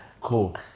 Cool